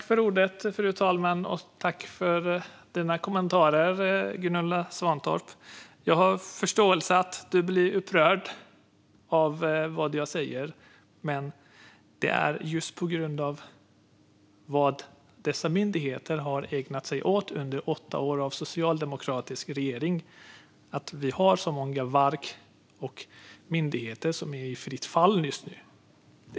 Fru talman! Jag tackar för Gunilla Svantorps kommentarer. Jag har förståelse för att hon blir upprörd över det som jag säger. Men det är just på grund av vad dessa myndigheter har ägnat sig åt under åtta år av socialdemokratiska regeringar som vi har så många verk och myndigheter som är i fritt fall just nu.